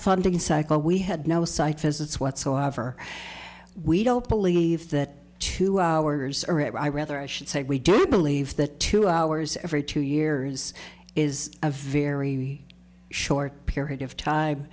funding cycle we had no site visits whatsoever we don't believe that two hours rather i should say we do believe the two hours every two years is a very short period of time